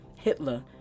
Hitler